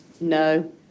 No